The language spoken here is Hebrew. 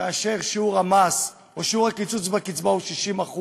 כאשר שיעור המס או שיעור הקיצוץ בקצבה הוא 60%,